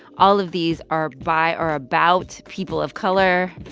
all of these are by or about people of color.